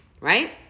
Right